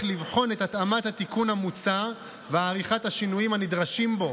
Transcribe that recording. לבחון את התאמת התיקון המוצע ועריכת השינויים הנדרשים בו,